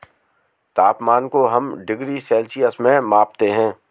तापमान को हम डिग्री सेल्सियस में मापते है